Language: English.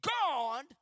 God